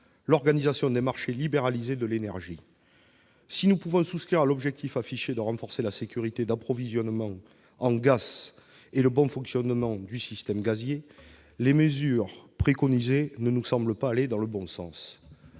l'organisation d'un marché libéralisé de l'énergie. Si nous pouvons souscrire à l'objectif affiché de renforcer la sécurité d'approvisionnement en gaz et le bon fonctionnement du système gazier, les mesures préconisées ne nous semblent pas aller dans le bon sens.